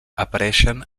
apareixen